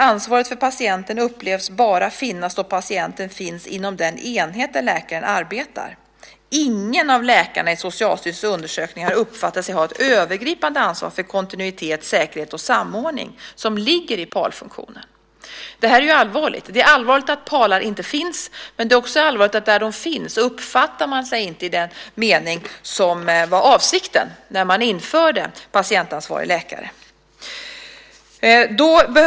Ansvaret för patienten upplevs bara finnas då patienten finns inom den enhet där läkaren arbetar. Ingen av läkarna i Socialstyrelsens undersökning har uppfattat sig ha ett övergripande ansvar för kontinuitet, säkerhet och samordning, som ligger i PAL-funktionen. Det här är allvarligt. Det är allvarligt att PAL inte finns, men det är också allvarligt att de där de finns inte uppfattar sig på det sätt som var avsikten när patientansvarig läkare infördes.